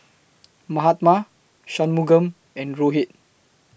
Mahatma Shunmugam and Rohit